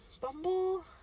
bumble